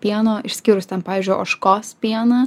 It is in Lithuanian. pieno išskyrus ten pavyzdžiui ožkos pieną